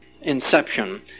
inception